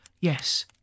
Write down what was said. Yes